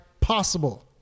possible